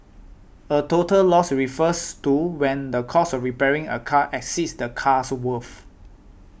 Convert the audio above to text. a total loss refers to when the cost of repairing a car exceeds the car's worth